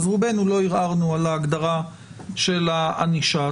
אז רובנו לא ערערנו על ההגדרה של הענישה.